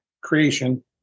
creation